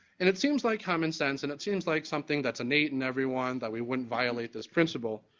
and it seems like common sense and it seems like something that's innate in everyone that we wouldn't violate this principle,